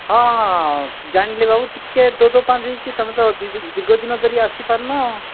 ହଁ ହଁ ହଁ ଜାଣିଲି ବାବୁ ଟିକେ ଦୋ ଦୋ ପାଞ୍ଚ ହୋଇଛି ତୁମେ ତ ଦୀର୍ଘଦିନ ଆସିପାରିନ